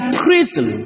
prison